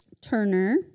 Turner